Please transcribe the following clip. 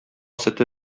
сөте